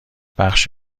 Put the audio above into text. بخش